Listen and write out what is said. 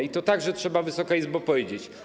I to także trzeba, Wysoka Izbo, powiedzieć.